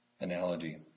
analogy